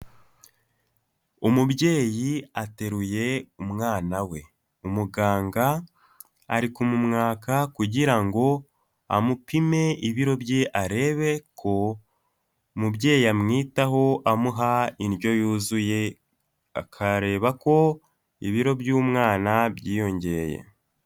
Umubyeyi ateruye umwana we, umuganga arikumumwaka kugira ngo amupime ibiro bye arebe ko umubyeyi amwitaho amuha indyo yuzuye, akareba ko ibiro by'umwana byiyongeye.